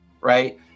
right